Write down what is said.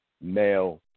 male